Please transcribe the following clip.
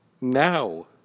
now